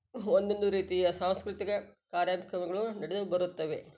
ಒಂದೊಂದು ರೀತಿಯ ಸಾಂಸ್ಕೃತಿಕ ಕಾರ್ಯಕ್ರಮಗಳು ನಡೆದು ಬರುತ್ತವೆ